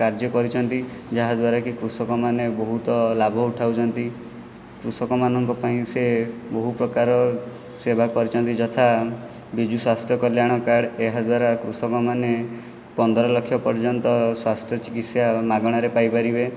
କାର୍ଯ୍ୟ କରିଛନ୍ତି ଯାହାଦ୍ୱାରା କି କୃଷକମାନେ ବହୁତ ଲାଭ ଉଠାଉଛନ୍ତି କୃଷକମାନଙ୍କ ପାଇଁ ସେ ବହୁ ପ୍ରକାର ସେବା କରିଛନ୍ତି ଯଥା ବିଜୁ ସ୍ୱାସ୍ଥ୍ୟ କଲ୍ୟାଣ କାର୍ଡ଼ ଏହାଦ୍ୱାରା କୃଷକମାନେ ପନ୍ଦର ଲକ୍ଷ ପର୍ଯ୍ୟନ୍ତ ସ୍ୱାସ୍ଥ୍ୟ ଚିକିତ୍ସା ମାଗଣାରେ ପାଇପାରିବେ